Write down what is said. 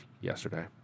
yesterday